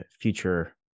future